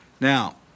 Now